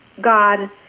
God